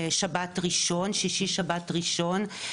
שבת וראשון,